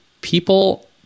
people